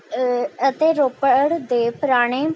ਅਤੇ ਰੋਪੜ ਦੇ ਪੁਰਾਣੇ